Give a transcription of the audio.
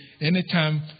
anytime